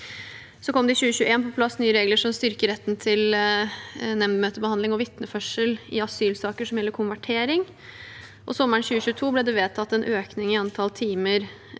kom det på plass nye regler som styrker retten til nemndmøtebehandling og vitneførsel i asylsaker som gjelder konvertering, og sommeren 2022 ble det vedtatt en økning i antall timer